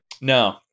no